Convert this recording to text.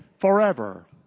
forever